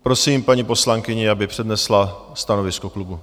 Prosím paní poslankyni, aby přednesla stanovisko klubu.